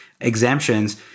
exemptions